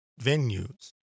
venues